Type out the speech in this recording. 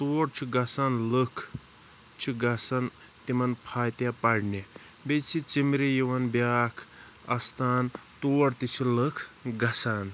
تور چھِ گژھان لُکھ چھِ گژھان تِمَن فاتحہ پَرنہِ بیٚیہِ چھِ ژِمرِ یِوان بیٛاکھ اَستان تور تہِ چھِ لُکھ گژھان